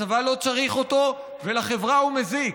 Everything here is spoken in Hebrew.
הצבא לא צריך אותו ולחברה הוא מזיק.